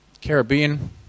Caribbean